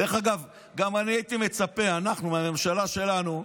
דרך אגב, גם אני הייתי מצפה, אנחנו, מהממשלה שלנו,